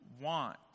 want